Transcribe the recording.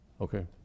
Okay